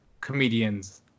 comedians